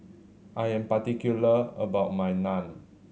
I am particular about my Naan